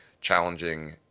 challenging